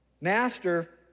Master